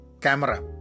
camera